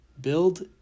Build